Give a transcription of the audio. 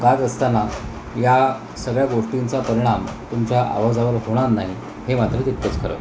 गात असताना या सगळ्या गोष्टींचा परिणाम तुमच्या आवाजावर होणार नाही हे मात्र तितकंच खरं